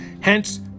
Hence